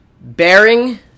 bearing